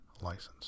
license